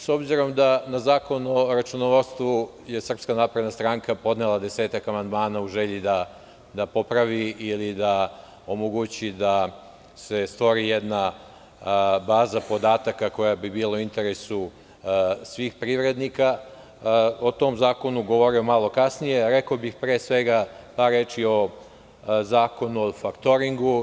S obzirom da je na zakon o računovodstvu SNS podnela 10 amandmana u želji da popravi ili da omogući da se stvori jedna baza podataka koja bi bila u interesu svih privrednika, o tom zakonu govorio malo kasnije i pre svega bih hteo da kažem par reči o zakonu o faktoringu.